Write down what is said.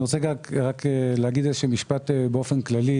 רק אומר משפט כללי